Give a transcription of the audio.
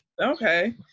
Okay